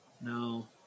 No